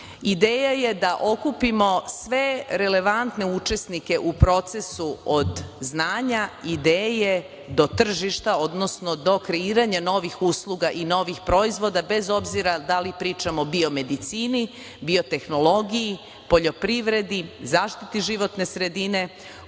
je da okupimo sve relevantne učesnike u procesu od znanja, ideje do tržišta, odnosno do kreiranja novih usluga i novih proizvoda, bez obzira da li pričamo o biomedicini, biotehnologiji, poljoprivredi, zaštiti životne sredine,